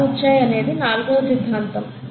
ఎలా వచ్చాయి అనేది నాలుగవ సిద్ధాంతం